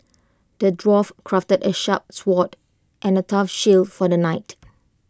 the dwarf crafted A sharp sword and A tough shield for the knight